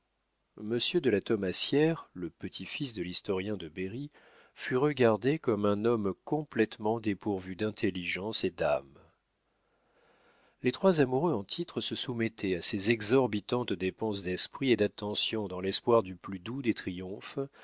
monsieur de la thaumassière le petit-fils de l'historien de berry fut regardé comme un homme complétement dépourvu d'intelligence et d'âme les trois amoureux en titre se soumettaient à ces exorbitantes dépenses d'esprit et d'attention dans l'espoir du plus doux des triomphes